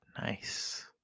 Nice